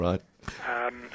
Right